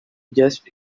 just